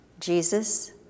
Jesus